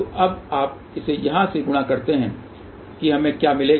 तो अब आप इसे यहाँ इस से गुणा करते हैं कि हमें क्या मिलेगा